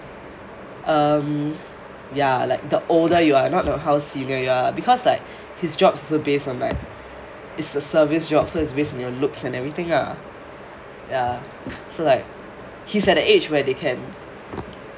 um ya like the older you are not not how senior you are because like his job is also based on like it's a service job so it's based on your looks and everything lah ya so like he is at the age where they can